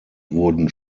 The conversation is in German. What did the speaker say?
wurden